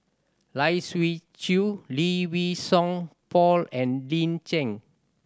Lai Siu Chiu Lee Wei Song Paul and Lin Chen